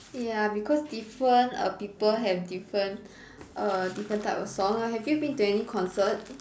ya because different err people have different err different type of song err have you been to any concert